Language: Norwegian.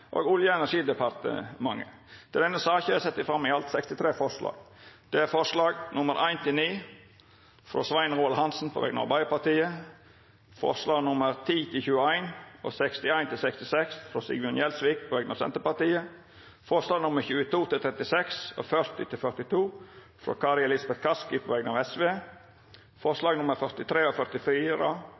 og Sosialistisk Venstreparti har varsla at dei vil røysta imot. Under debatten er det sett fram i alt 63 forslag. Det er forslaga nr. 1–9, frå Svein Roald Hansen på vegner av Arbeidarpartiet forslaga nr. 10–21 og 61–66, frå Sigbjørn Gjelsvik på vegner av Senterpartiet forslaga nr. 22–36 og 40–42, frå Kari Elisabeth Kaski på vegner av Sosialistisk Venstreparti forslaga nr. 43 og 44,